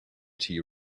tea